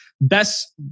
best